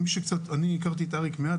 אני הכרתי את אריק מעט,